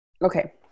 Okay